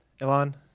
Elon